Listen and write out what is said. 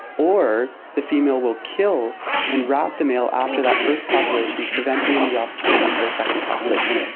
or the female will kill and wrap the male after that first copulation, preventing him the opportunity for a second copulation.